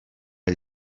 hil